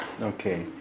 Okay